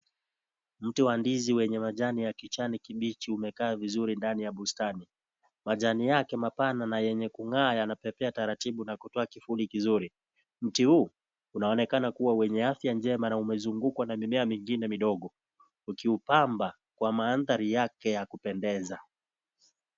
Mti wa ndizi wenye majani ya kijani kibichi umekaa vizuri ndani ya bustani, majani yake mapana na yenye kung'aa yanapepea taratibu na kutoa kivuli kizuri, mti huu unaonekana kuwa wenye afya njema na umezungukwa na mimea mingine midogo ukiupamba kwa maandhari yake ya kupendeza.